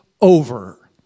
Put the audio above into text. over